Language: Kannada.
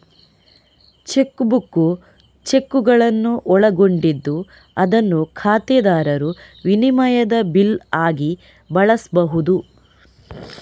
ಚೆಕ್ ಬುಕ್ ಚೆಕ್ಕುಗಳನ್ನು ಒಳಗೊಂಡಿದ್ದು ಅದನ್ನು ಖಾತೆದಾರರು ವಿನಿಮಯದ ಬಿಲ್ ಆಗಿ ಬಳಸ್ಬಹುದು